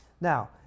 Now